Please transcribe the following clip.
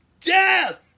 death